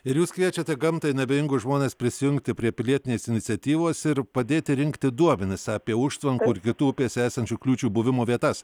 ir jūs kviečiate gamtai neabejingus žmones prisijungti prie pilietinės iniciatyvos ir padėti rinkti duomenis apie užtvankų ir kitų upėse esančių kliūčių buvimo vietas